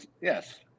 Yes